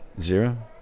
Zero